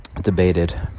debated